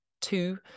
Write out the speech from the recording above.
two